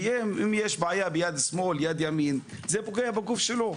אם יש בעיה ביד שמאל, ביד ימין זה בגוף שלו.